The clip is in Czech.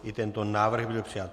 I tento návrh byl přijat.